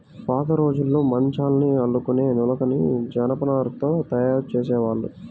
పాతరోజుల్లో మంచాల్ని అల్లుకునే నులకని జనపనారతో తయ్యారు జేసేవాళ్ళు